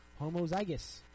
homozygous